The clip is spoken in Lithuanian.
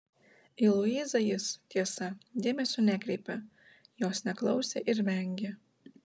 į luizą jis tiesa dėmesio nekreipė jos neklausė ir vengė